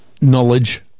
knowledge